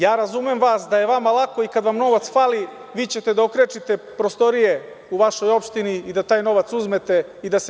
Ja razumem vas, da je vama lako i kad vam novac fali, vi ćete da okrečite prostorije u vašoj opštini, da taj novac uzmete i da se namirite.